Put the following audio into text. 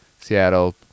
Seattle